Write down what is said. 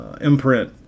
imprint